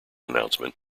announcement